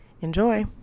enjoy